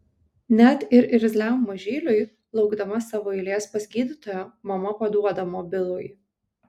net ir irzliam mažyliui laukdama savo eilės pas gydytoją mama paduoda mobilųjį